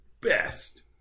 best